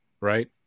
right